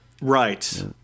Right